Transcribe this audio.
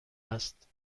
است